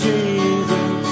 Jesus